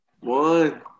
One